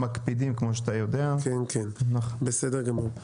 בסדר גמור.